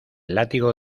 látigo